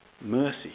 mercy